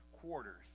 quarters